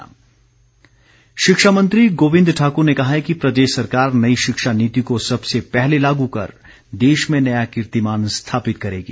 शिक्षा नीति शिक्षा मंत्री गोविंद ठाकुर ने कहा है कि प्रदेश सरकार नई शिक्षा नीति को सबसे पहले लागू कर देश में नया कीर्तिमान स्थापित करेगी